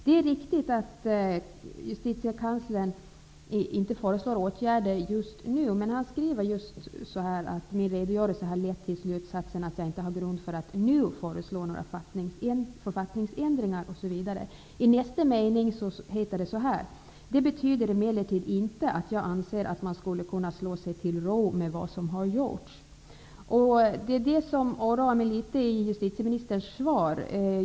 Det är riktigt att Justitiekanslern inte föreslår åtgärder just nu, men han skriver så här: Min redogörelse har lett till slutsatsen att jag inte har grund för att nu föreslå några författningsändringar. I nästa mening heter det så här: Det betyder emellertid inte att jag anser att man skulle kunna slå sig till ro med vad som har gjorts. Detta oroar mig litet i justitieministerns svar.